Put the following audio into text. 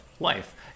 life